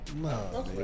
No